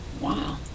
Wow